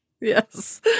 Yes